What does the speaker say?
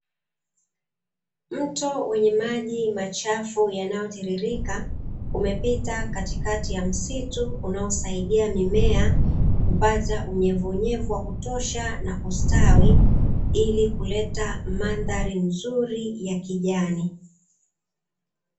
Mto wenye maji machafu yanayotiririka umepita katikati ya msitu, unaosaidia mimea kupata unyevunyevu wa kutosha na kustawi ili kuleta mandhari nzuri ya kijani.